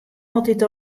altyd